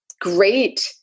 great